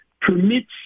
permits